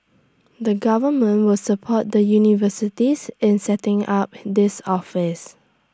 the government will support the universities in setting up this office